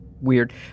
weird